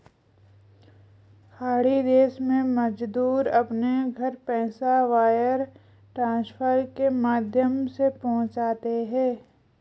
खाड़ी देश के मजदूर अपने घर पैसा वायर ट्रांसफर के माध्यम से पहुंचाते है